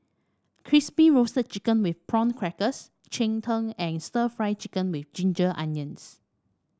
Crispy Roasted Chicken with Prawn Crackers Cheng Tng and stir Fry Chicken with Ginger Onions